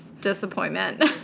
Disappointment